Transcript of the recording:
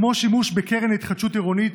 כמו שימוש בקרן התחדשות עירונית,